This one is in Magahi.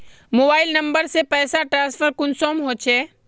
मोबाईल नंबर से पैसा ट्रांसफर कुंसम होचे?